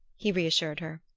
he reassured her.